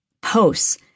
posts